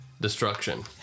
destruction